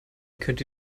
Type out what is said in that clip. könnte